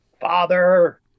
father